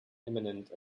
imminent